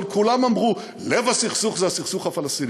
אבל כולם אמרו: לב הסכסוך זה הסכסוך הפלסטיני.